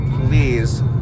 please